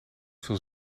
veel